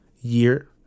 year